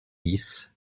dix